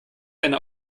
eine